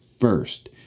first